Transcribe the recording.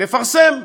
לפרסם.